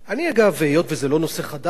כבר עלה פה בשנים שעברו,